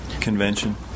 convention